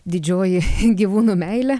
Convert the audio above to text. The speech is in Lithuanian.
didžioji gyvūnų meilė